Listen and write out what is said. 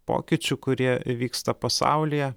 pokyčių kurie vyksta pasaulyje